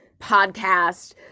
podcast